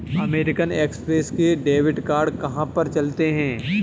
American Express के debit card कहाँ पर चलते हैं?